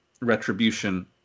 retribution